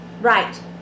Right